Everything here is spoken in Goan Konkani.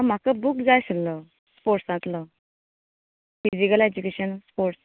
म्हाका बुक जाय आसलो पोस्टांतलो फिजीकल एज्युकेशन पोस्ट